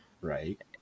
Right